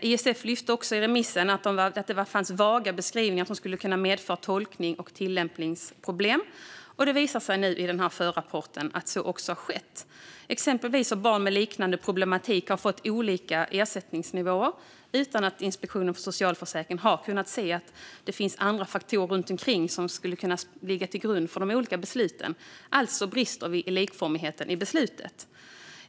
ISF lyfte också i remissomgången att det fanns vaga beskrivningar som skulle kunna medföra tolknings och tillämpningsproblem, och det visar sig nu i förrapporten att så också har skett. Exempelvis har barn med liknande problematik fått olika ersättningsnivåer utan att Inspektionen för socialförsäkringen har kunnat se att andra faktorer skulle ligga till grund för de olika besluten. Alltså brister vi i likformigheten i besluten.